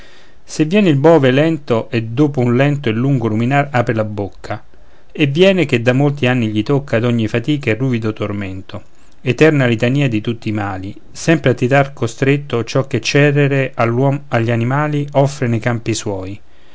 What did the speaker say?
sen viene il bove lento e dopo un lento e lungo ruminar apre la bocca e dice che da molti anni gli tocca d'ogni fatica il ruvido tormento eterna litania di tutti i mali sempre a tirar costretto ciò che cerere all'uom agli animali offre ne campi suoi